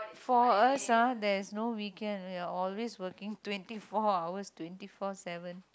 for us ah there's no weekend we are always working twenty four hours twenty four seven